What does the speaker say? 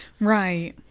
Right